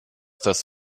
das